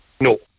No